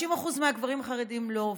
50% מהגברים החרדים לא עובדים.